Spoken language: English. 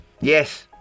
Yes